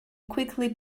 quickly